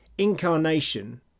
incarnation